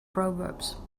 proverbs